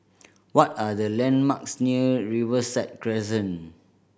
what are the landmarks near Riverside Crescent